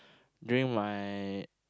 during my